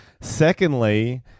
Secondly